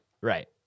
right